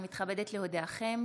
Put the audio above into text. אני מתכבדת להודיעכם,